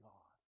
God